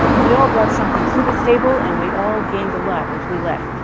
and we all brought something to the table, and we all gained a lot as we left.